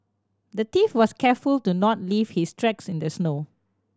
the thief was careful to not leave his tracks in the snow